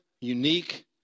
unique